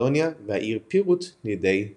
מקדוניה והעיר פירוט לידי הגרמנים.